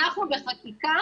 אנחנו בחקיקה,